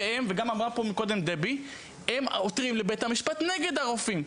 והם עותרים לבית המשפט נגד הרופאים,